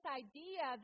idea